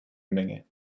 menge